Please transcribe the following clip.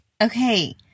Okay